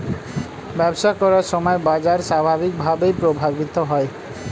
ব্যবসা করার সময় বাজার স্বাভাবিকভাবেই প্রভাবিত হয়